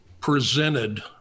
presented